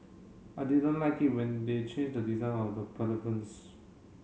I didn't like it when they changed the design of the